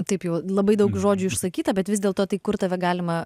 taip jau labai daug žodžių išsakyta bet vis dėlto tai kur tave galima